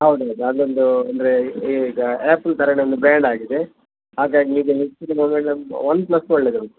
ಹೌದು ಹೌದು ಅದೊಂದು ಅಂದರೆ ಈಗ ಆ್ಯಪಲ್ ಥರದ್ದೊಂದು ಬ್ರ್ಯಾಂಡ್ ಆಗಿದೆ ಹಾಗಾಗಿ ಈಗ ಹೆಚ್ಚಿನ ಮೊಬೈಲ್ ಒನ್ ಪ್ಲಸ್ ಒಳ್ಳೇದುಂಟು